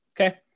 okay